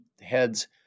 heads